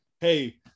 Hey